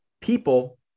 People